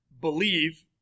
believe